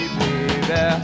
baby